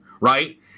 right